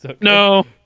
No